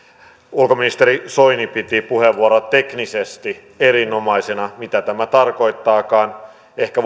ulkoministeri soini piti puheenvuoroa teknisesti erinomaisena mitä tämä sitten tarkoittaakaan ehkä